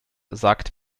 sagt